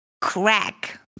crack